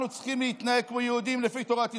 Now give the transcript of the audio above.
אנחנו צריכים להתנהג כמו יהודים לפי תורת ישראל.